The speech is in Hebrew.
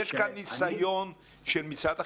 יש פה ניסיון של משרד החינוך,